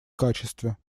качестве